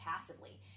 passively